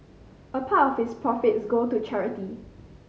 a part of its profits go to charity